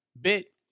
bit